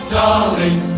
darling